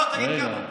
לא, תגיד כמה.